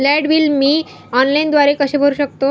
Light bill मी ऑनलाईनद्वारे कसे भरु शकतो?